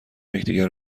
یکدیگر